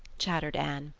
chattered anne,